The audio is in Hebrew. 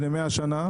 בני מאה שנה.